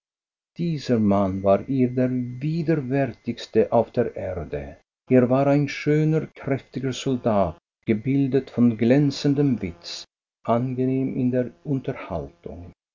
dieser mann war ihr der widerwärtigste auf der erde er war ein schöner kräftiger soldat gebildet von glänzendem witz angenehm in der unterhaltung